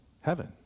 heaven